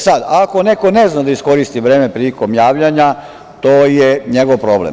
Sada, ako neko ne zna da iskoristi vreme prilikom javljanja, to je njegov problem.